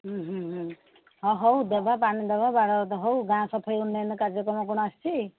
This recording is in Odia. ହୁଁ ହୁଁ ହୁଁ ହଁ ହଉ ଦେବା ପାଣି ଦେବା ବାଡ଼ ତକ ହଉ ଗାଁ ସଫାଇ ଉନ୍ନୟନ କାର୍ଯ୍ୟକ୍ରମ କ'ଣ ଆସିଛି